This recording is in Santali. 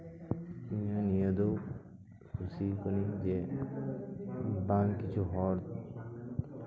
ᱤᱧᱟᱹᱝ ᱤᱭᱟᱹ ᱫᱚ ᱠᱩᱥᱤ ᱟᱠᱟᱱᱟᱹᱧ ᱡᱮ ᱵᱟᱝ ᱠᱤᱪᱷᱩ ᱦᱚᱲ